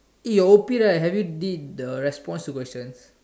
eh your O_P right have you did the response to questions